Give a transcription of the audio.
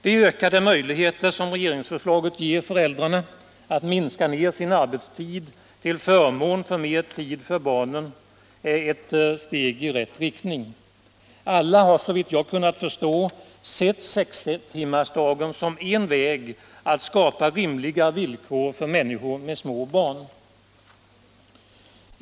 De ökade möjligheter som regeringsförslaget ger föräldrarna att minska ner sin arbetstid till förmån för mer tid för barnen är ett steg i rätt riktning. Alla har, såvitt jag kunnat förstå, sett sextimmarsdagen som en väg att skapa rimligare villkor för människor med små barn.